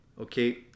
okay